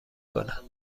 کنم